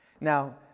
Now